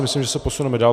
Myslím, že se posuneme dál.